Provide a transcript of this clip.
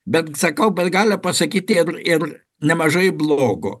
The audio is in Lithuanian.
bet sakau bet gali pasakyti ir ir nemažai blogo